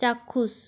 চাক্ষুষ